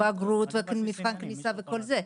בגרות ומבחן כניסה וכל זה.